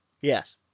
Yes